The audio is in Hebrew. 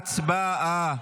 הצבעה.